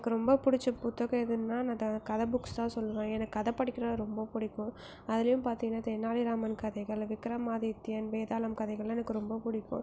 எனக்கு ரொம்ப பிடிச்ச புத்தகம் எதுன்னால் நான் கதை புக்ஸ் தான் சொல்லுவேன் எனக் கதை படிக்கிறதுனால் ரொம்ப பிடிக்கும் அதுலேயும் பார்த்திங்கன்னா தெனாலிராமன் கதைகள் விக்ரமாதித்யன் வேதாளம் கதைகளெலாம் எனக்கு ரொம்ப பிடிக்கும்